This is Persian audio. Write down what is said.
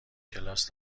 کلاس